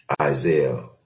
Isaiah